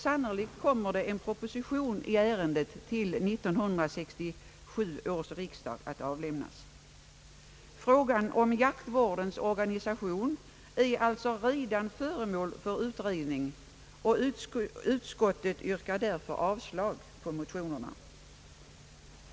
Sannolikt kommer en proposition i ärendet att avlämnas till 1967 års riksdag. Frågan om jaktvårdens organisation är alltså redan föremål för utredning, och utskottet yrkar därför avslag på motionerna.